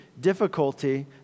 difficulty